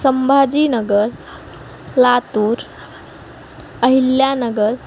Sambhajinagar Latur Ahilyanagar